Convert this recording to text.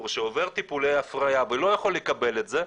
שעובר טיפולי הפריה ולא יכול לקבל את זה,